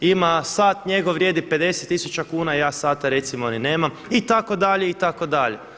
Ima, sat njegov vrijedi 50000 kuna, ja sata recimo ni nemam itd. itd.